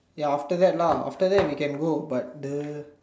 ya after that lah after that we can go but the